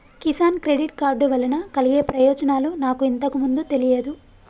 Kisan credit card వలన కలిగే ప్రయోజనాలు నాకు ఇంతకు ముందు తెలియదు